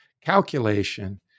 calculation